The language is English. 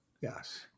Yes